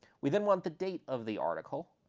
we then want the date of the article,